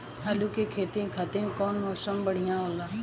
आलू के खेती खातिर कउन मौसम बढ़ियां होला?